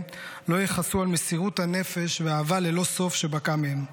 לא יכסו על מסירות הנפש והאהבה ללא סוף שבקעה מהם.